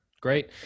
great